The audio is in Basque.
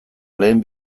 lehen